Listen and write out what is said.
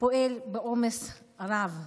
פועל בעומס רב,